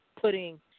putting